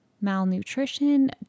malnutrition